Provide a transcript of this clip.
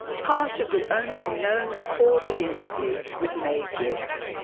part of the only known recorded interview with may gibbs.